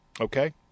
okay